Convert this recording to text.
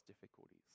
difficulties